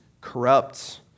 corrupt